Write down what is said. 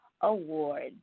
awards